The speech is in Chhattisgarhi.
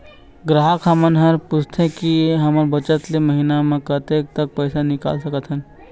ग्राहक हमन हर पूछथें की हमर बचत ले महीना मा कतेक तक पैसा निकाल सकथन?